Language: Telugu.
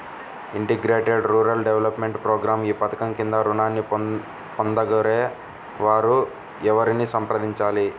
ఇంటిగ్రేటెడ్ రూరల్ డెవలప్మెంట్ ప్రోగ్రాం ఈ పధకం క్రింద ఋణాన్ని పొందగోరే వారు ఎవరిని సంప్రదించాలి?